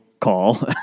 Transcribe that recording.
call